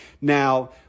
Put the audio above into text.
Now